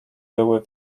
były